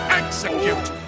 execute